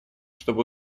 чтобы